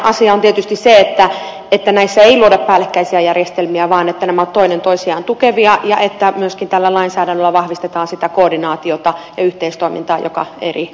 avainasia on tietysti se että näissä ei luoda päällekkäisiä järjestelmiä vaan että nämä ovat toinen toisiaan tukevia ja että myöskin tällä lainsäädännöllä vahvistetaan sitä koordinaatiota ja yhteistoimintaa joka eri puolilla on